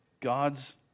God's